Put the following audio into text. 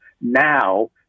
now